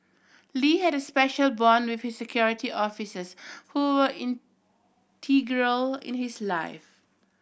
lee had a special bond with his Security Officers who were integral in his life